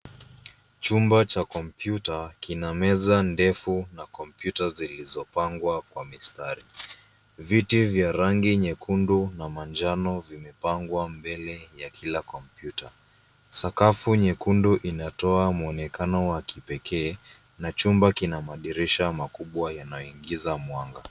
Chumba cha kompyuta kina meza ndefu na kompyuta zilizopangwa wa mistari. Viti vya rangi nyekundu na manjano vimepangwa mbele ya kila kompyuta. Sakafu nyekundu inatoa mwonekano wa kipekee na chumba kina madirisha makubwa yanayoingiza mwanga.